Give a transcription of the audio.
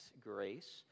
Grace